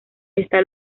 está